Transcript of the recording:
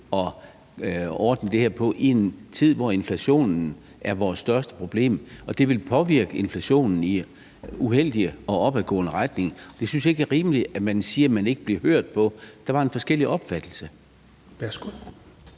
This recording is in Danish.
at ordne det her på, i en tid, hvor inflationen er vores største problem. Og det ville påvirke inflationen i en uheldig og opadgående retning. Jeg synes ikke, det er rimeligt, at man siger, at man ikke blev lyttet til. Der var forskellige opfattelser.